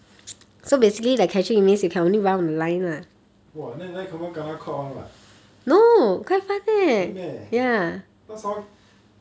!wah! then like that confirm kena caught one [what] really meh but someone